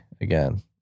again